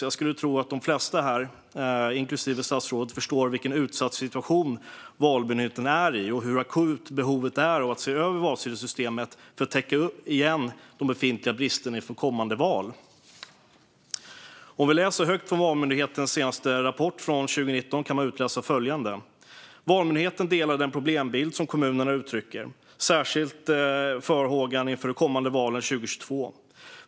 Jag skulle tro att de flesta här, inklusive statsrådet, förstår vilken utsatt situation Valmyndigheten befinner sig i och hur akut behovet är av att se över valsedelssystemet för att åtgärda de befintliga bristerna inför kommande val. I Valmyndighetens senaste rapport från 2019 kan vi läsa följande: "Valmyndigheten delar den problembild som kommunerna uttrycker, allra särskilt farhågan inför de kommande valen 2022.